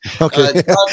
Okay